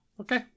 okay